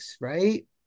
right